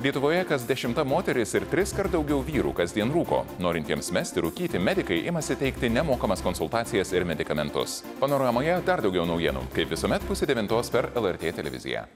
lietuvoje kas dešimta moteris ir triskart daugiau vyrų kasdien rūko norintiems mesti rūkyti medikai imasi teikti nemokamas konsultacijas ir medikamentus panoramoje dar daugiau naujienų kaip visuomet pusę devintos per lrt televiziją